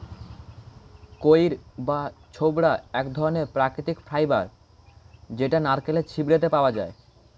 কইর বা ছোবড়া এক ধরণের প্রাকৃতিক ফাইবার যেটা নারকেলের ছিবড়েতে পাওয়া যায়